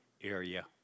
area